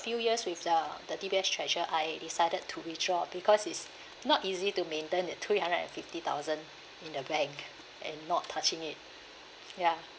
few years with the the D_B_S treasure I decided to withdraw because it's not easy to maintain that three hundred and fifty thousand in the bank and not touching it ya